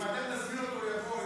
אם אתם תזמינו אותו הוא יבוא,